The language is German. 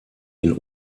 den